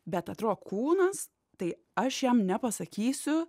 bet atrodo kūnas tai aš jam nepasakysiu